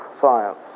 science